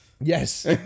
yes